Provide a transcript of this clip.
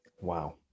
Wow